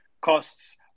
costs